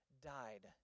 died